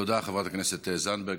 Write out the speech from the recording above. תודה, חברת הכנסת זנדברג.